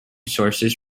sources